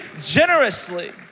generously